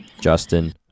Justin